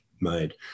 made